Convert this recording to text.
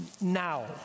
now